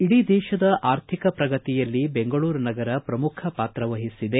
ಇಡೀ ದೇಶದ ಅರ್ಥಿಕ ಪ್ರಗತಿಯಲ್ಲಿ ಬೆಂಗಳೂರು ನಗರ ಪ್ರಮುಖ ಪಾತ್ರ ವಹಿಸಿದೆ